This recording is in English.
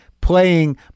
playing